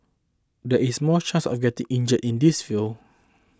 there is more chance of getting injured in this field